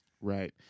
Right